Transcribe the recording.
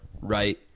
right